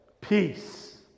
peace